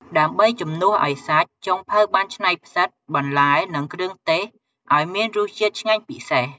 ដើម្បីជំនួសឱ្យសាច់ ចុងភៅបានច្នៃផ្សិត បន្លែ និងគ្រឿងទេសឱ្យមានរសជាតិឆ្ងាញ់ពិសេស។